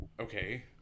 okay